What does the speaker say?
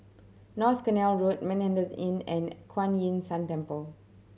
North Canal Road Manhattan Inn and Kuan Yin San Temple